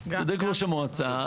ראש המועצה,